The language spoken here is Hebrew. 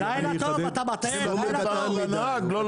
נותן אותו.